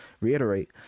reiterate